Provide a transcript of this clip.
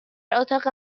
اتاق